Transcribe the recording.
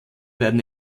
werden